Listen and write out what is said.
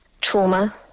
trauma